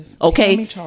Okay